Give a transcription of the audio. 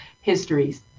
histories